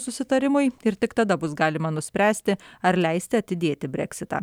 susitarimui ir tik tada bus galima nuspręsti ar leisti atidėti breksitą